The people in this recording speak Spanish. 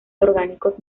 orgánicos